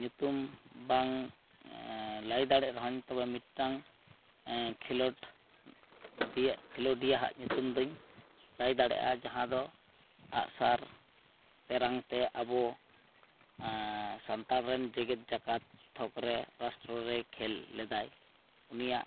ᱧᱩᱛᱩᱢ ᱵᱟᱝ ᱞᱟᱹᱭ ᱫᱟᱲᱮᱜ ᱨᱮᱦᱚᱸᱧ ᱛᱚᱵᱮ ᱢᱤᱫᱴᱟᱝ ᱠᱷᱮᱞᱳᱰ ᱫᱤᱭᱟᱹᱜ ᱠᱷᱮᱞᱳᱰᱤᱭᱟᱹᱼᱦᱟᱸᱜ ᱧᱩᱛᱩᱢᱫᱚᱧ ᱞᱟᱹᱭ ᱫᱟᱲᱮᱜᱼᱟ ᱡᱟᱦᱟᱸᱫᱚ ᱟᱸᱜᱼᱥᱟᱨ ᱛᱮᱨᱟᱝᱛᱮ ᱟᱵᱚ ᱥᱟᱱᱛᱟᱲᱨᱮᱱ ᱡᱮᱜᱮᱫ ᱡᱟᱠᱟᱛ ᱛᱷᱚᱠᱨᱮ ᱨᱟᱥᱴᱨᱚᱨᱮᱭ ᱠᱷᱮᱞ ᱞᱮᱫᱟᱭ ᱩᱱᱤᱭᱟᱜ